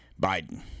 biden